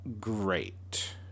great